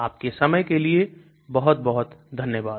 आप के समय के लिए बहुत बहुत धन्यवाद